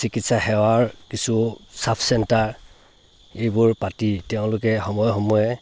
চিকিৎসা সেৱাৰ কিছু ছাব চেণ্টাৰ এইবোৰ পাতি তেওঁলোকে সময়ে সময়ে